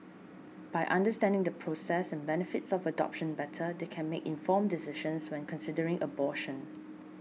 by understanding the process and benefits of adoption better they can make informed decisions when considering abortion